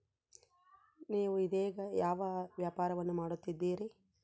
ನೇವು ಇದೇಗ ಯಾವ ವ್ಯಾಪಾರವನ್ನು ಮಾಡುತ್ತಿದ್ದೇರಿ?